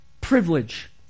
privilege